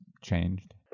changed